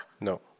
No